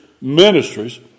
ministries